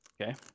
okay